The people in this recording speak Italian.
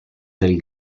del